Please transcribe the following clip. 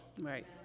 Right